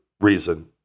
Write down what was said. reason